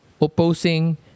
opposing